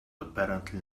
apparently